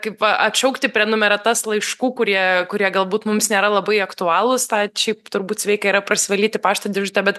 kaip atšaukti prenumeratas laiškų kurie kurie galbūt mums nėra labai aktualūs šiaip turbūt sveika yra prasivalyti pašto dėžutę bet